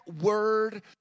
word